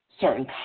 certain